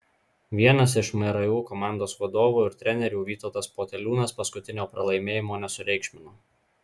vienas iš mru komandos vadovų ir trenerių vytautas poteliūnas paskutinio pralaimėjimo nesureikšmino